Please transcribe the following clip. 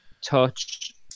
touch